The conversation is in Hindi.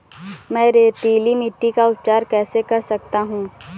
मैं रेतीली मिट्टी का उपचार कैसे कर सकता हूँ?